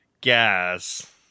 gas